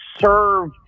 serve